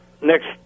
Next